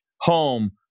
home